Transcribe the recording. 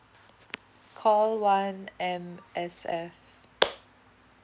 call one M_S_F